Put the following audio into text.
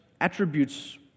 attributes